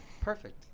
perfect